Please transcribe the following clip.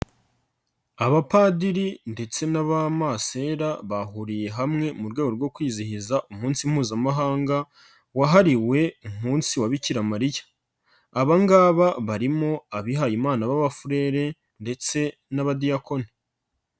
Abapadiri ndetse n'abamasera bahuriye hamwe mu rwego rwo kwizihiza umunsi mpuzamahanga wahariwe umunsi wa Bikira Maliya. Aba ngaba barimo abihayimana b'abafurere, ndetse n'abadiyakoni.